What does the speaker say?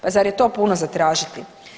Pa zar je to puno zatražiti?